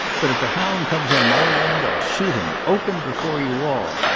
but if a hound comes on my land, i'll shoot him open, before you all.